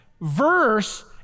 verse